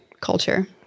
culture